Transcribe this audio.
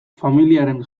familiaren